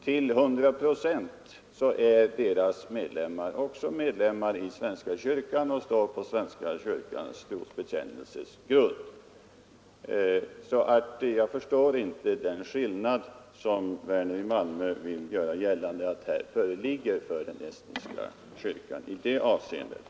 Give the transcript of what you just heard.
Till 100 procent är dess medlemmar också medlemmar i svenska kyrkan och står på svenska kyrkans trosbekännelses grund. Jag förstår alltså inte den skillnad som enligt herr Werner skulle föreligga beträffande den estniska kyrkan i det avseendet.